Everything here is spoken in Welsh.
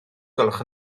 gwelwch